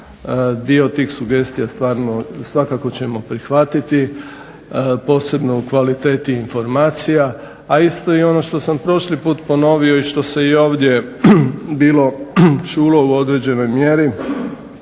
dio tih sugestija stvarno svakako ćemo prihvatiti, posebno u kvaliteti informacija. A isto i ono što sam prošli put ponovio i što se i ovdje bilo čulo u određenoj mjeri,